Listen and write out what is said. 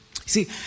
See